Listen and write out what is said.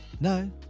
No